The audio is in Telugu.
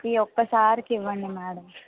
ఈ ఒక్కసారికి ఇవ్వండి మేడం